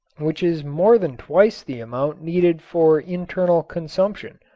which is more than twice the amount needed for internal consumption.